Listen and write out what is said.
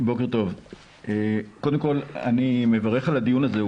אני מברך על הדיון הזה.